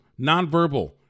nonverbal